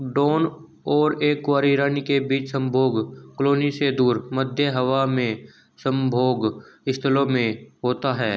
drone और एक कुंवारी रानी के बीच संभोग कॉलोनी से दूर, मध्य हवा में संभोग स्थलों में होता है